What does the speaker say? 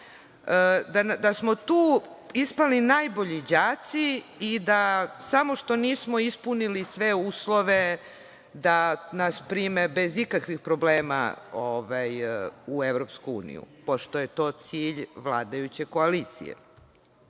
da smo tu ispali najbolji đaci i da samo što nismo ispunili sve uslove da nas prime bez ikakvih problema u EU, pošto je to cilj vladajuće koalicije.Međutim,